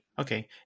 okay